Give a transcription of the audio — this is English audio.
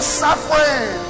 suffering